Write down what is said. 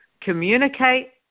communicate